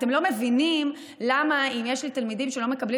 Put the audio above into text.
אתם לא מבינים למה אם יש לי תלמידים שלא מקבלים